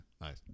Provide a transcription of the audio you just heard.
Nice